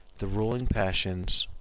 the ruling passions,